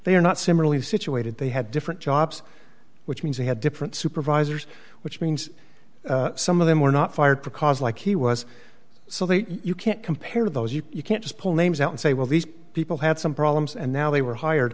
they are not similarly situated they had different jobs which means they had different supervisors which means some of them were not fired because like he was so they you can't compare those you can't just pull names out and say well these people had some problems and now they were hired